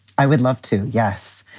i would love to. yes.